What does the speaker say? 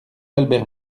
albert